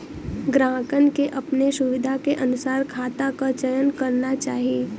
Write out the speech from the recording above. ग्राहकन के अपने सुविधा के अनुसार खाता क चयन करना चाही